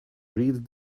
read